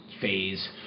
phase